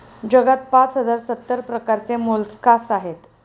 जगात पाच हजार सत्तर प्रकारचे मोलस्कास आहेत